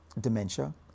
dementia